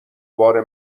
بار